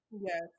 Yes